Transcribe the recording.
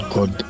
God